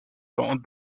dans